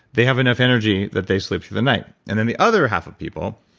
they have enough energy that they sleep through the night, and then the other half of people,